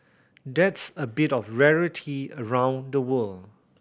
that's a bit of rarity around the world